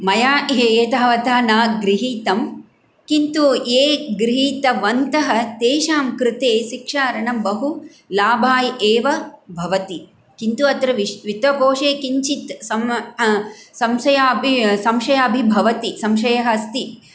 मया एतावता न गृहीतं किन्तु ये गृहीतवन्तः तेषां कृते शिक्षा ऋणं बहुलाभाय एव भवति किन्तु अत्र वित्तकोशे किञ्चित् संशय अपि संशयोपि भवति संशयः अस्ति